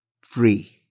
free